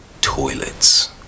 toilets